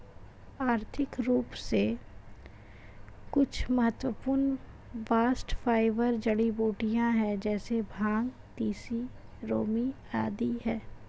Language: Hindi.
आर्थिक रूप से कुछ महत्वपूर्ण बास्ट फाइबर जड़ीबूटियां है जैसे भांग, तिसी, रेमी आदि है